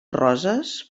roses